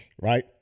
right